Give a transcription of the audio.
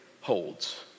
holds